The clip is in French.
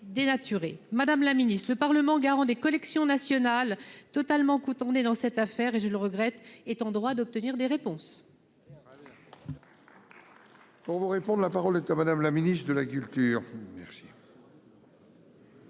Madame la Ministre, le Parlement garants des collections nationales totalement coûtant des dans cette affaire et je le regrette, est en droit d'obtenir des réponses. Pour vous répondre, la parole est à madame la ministre de la culture